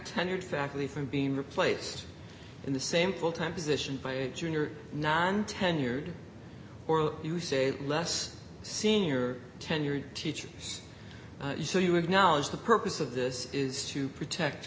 tenured faculty from being replaced in the same full time position by a junior non tenured or you say less senior tenured teachers so you acknowledge the purpose of this is to protect